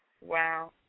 wow